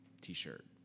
t-shirt